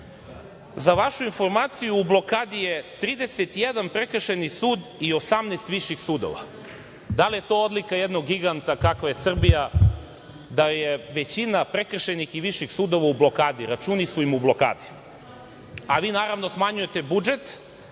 Za vašu informaciju, u blokadi je 31 prekršajni sud i 18 viših sudova. Da li je to odlika jednog giganta, kakva je Srbija, da je većina prekršajnih i viših sudova u blokadi, računi su im u blokadi? Vi naravno smanjujete budžet